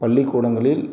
பள்ளிக்கூடங்களில்